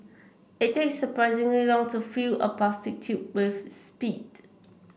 it takes surprisingly long to fill a plastic tube with spit